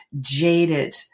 jaded